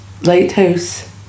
lighthouse